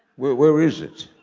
where where is it?